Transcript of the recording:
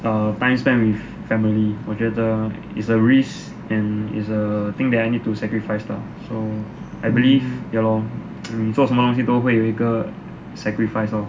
err time spent with family 我觉得 is a risk and is a thing that I need to sacrifice lah so I believe ya lor 做什么东西都会有一个 sacrifice lor